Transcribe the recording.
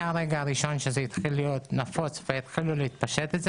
מהרגע הראשון שזה התחיל להיות נפוץ והתחילו לפזר את זה,